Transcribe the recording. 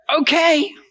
okay